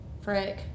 frick